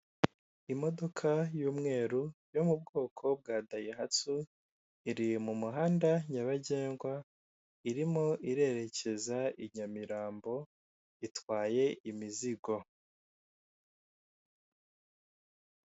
Imodoka y'umweru yo mu bwoko bwa dayihatsu iri mu muhanda nyabagendwa, irimo irerekeza i Nyamirambo itwaye imizigo.